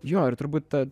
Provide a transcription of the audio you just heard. jo ir turbūt ta